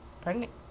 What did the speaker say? pregnant